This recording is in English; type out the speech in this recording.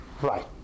right